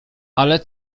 ale